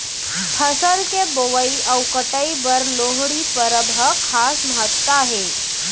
फसल के बोवई अउ कटई बर लोहड़ी परब ह खास महत्ता हे